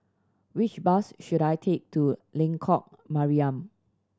which bus should I take to Lengkok Mariam